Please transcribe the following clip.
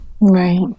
Right